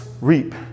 reap